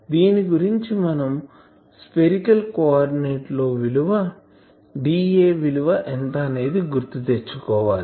దీని గురించి మనం స్పెరికాల్ కో ఆర్డినేట్ లో విలువ dA విలువ ఎంత అనేది గుర్తు తెచ్చుకోవాలి